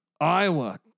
Iowa